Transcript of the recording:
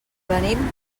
venim